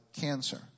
cancer